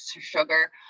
sugar